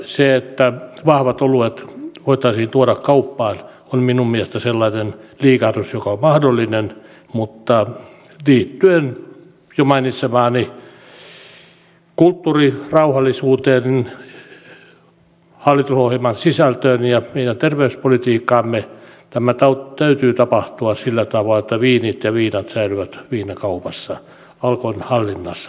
se että vahvat oluet voitaisiin tuoda kauppaan on minun mielestäni sellainen liikahdus joka on mahdollinen mutta liittyen jo mainitsemaani kulttuurirauhallisuuteen hallitusohjelman sisältöön ja meidän terveyspolitiikkaamme tämän täytyy tapahtua sillä tavalla että viinit ja viinat säilyvät viinakaupassa alkon hallinnassa